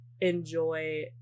enjoy